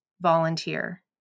volunteer